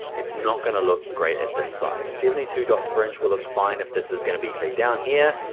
it's not gonna look great at this size. seventy two dots per inch will look fine if this is gonna be say, down here,